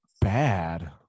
bad